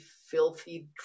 filthy